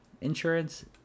insurance